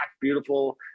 beautiful